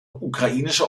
ukrainische